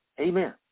Amen